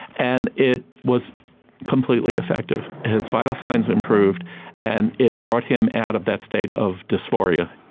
and it was completely effective. his vital signs improved and it brought him out of that state of dysphoria.